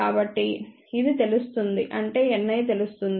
కాబట్టి ఇది తెలుస్తుంది అంటే Ni తెలుస్తుంది